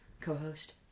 co-host